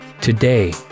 Today